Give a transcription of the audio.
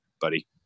buddy